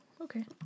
okay